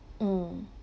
mm